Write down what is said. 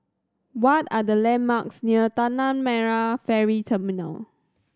what are the landmarks near Tanah Merah Ferry Terminal